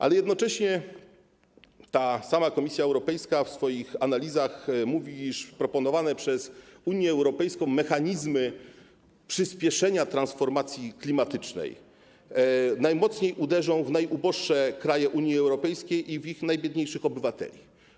Ale jednocześnie ta sama Komisja Europejska w swoich analizach mówi, iż proponowane przez Unię Europejską mechanizmy przyspieszenia transformacji klimatycznej najmocniej uderzą w najuboższe kraje Unii Europejskiej i w ich najbiedniejszych obywateli.